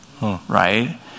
right